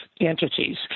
entities